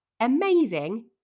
amazing